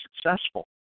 successful